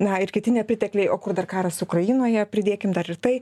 na ir kiti nepritekliai o kur dar karas ukrainoje pridėkim dar ir tai